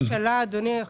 המדיניות.